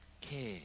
care